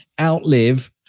outlive